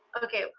okay.